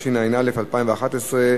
התשע"א 2011,